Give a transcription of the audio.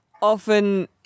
often